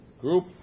group